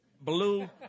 blue